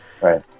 Right